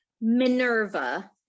minerva